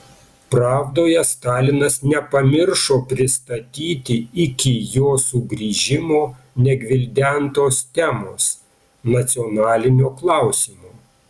pravdoje stalinas nepamiršo pristatyti iki jo sugrįžimo negvildentos temos nacionalinio klausimo